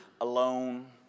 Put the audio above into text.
Alone